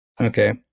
Okay